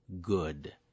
good